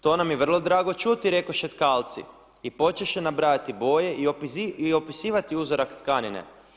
To nam je vrlo drago čuti, rekoše tkalci i počeše nabrajati boje i opisivati uzorak tkanine.